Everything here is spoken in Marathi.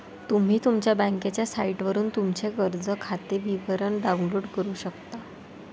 तुम्ही तुमच्या बँकेच्या साइटवरून तुमचे कर्ज खाते विवरण डाउनलोड करू शकता